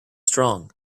strong